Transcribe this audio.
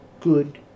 good